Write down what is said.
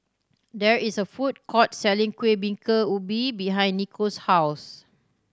there is a food court selling Kueh Bingka Ubi behind Nico's house